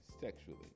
sexually